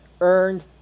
earned